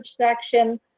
section